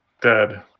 dead